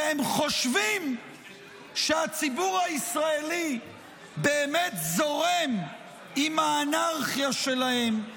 והם חושבים שהציבור הישראלי באמת זורם עם האנרכיה שלהם,